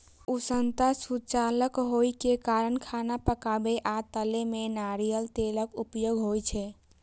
उष्णता सुचालक होइ के कारण खाना पकाबै आ तलै मे नारियल तेलक उपयोग होइ छै